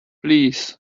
please